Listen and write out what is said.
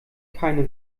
keine